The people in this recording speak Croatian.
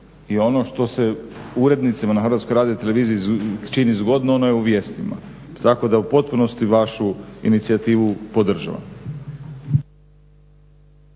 I ono što se urednicima na HRT-u čini zgodno ono je u vijestima. Tako da u potpunosti vašu inicijativu podržavam.